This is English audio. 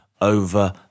over